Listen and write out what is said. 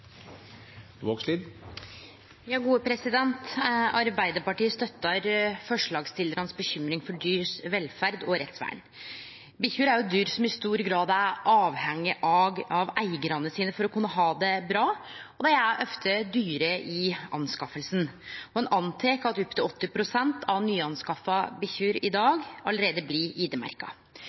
dyr som i stor grad er avhengige av eigarane sine for å kunne ha det bra, og dei er ofte dyre å skaffe seg. Ein antek at opp til 80 pst. av nyanskaffa bikkjer i dag allereie blir